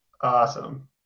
Awesome